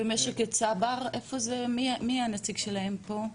במשק 'צברי', מי הנציג שלהם פה?